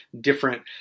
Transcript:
different